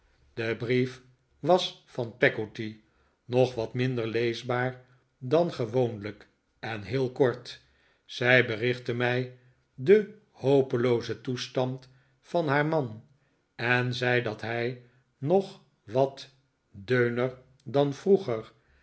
de brief was van peggotty nog wat minder leesbaar dan gewoonlijk en heel kort zij berichtte mij den hopeloozen toestand van haar man en zei dat hij nog wat deuner dan vroeger